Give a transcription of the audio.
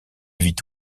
vit